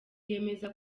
yemeza